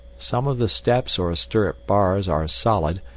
some of the steps or stirrup bars are solid,